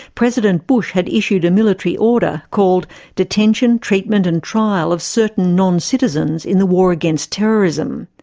president bush had issued a military order, called detention, treatment and trial of certain non-citizens in the war against terrorism.